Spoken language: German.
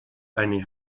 eine